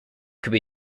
could